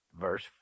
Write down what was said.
verse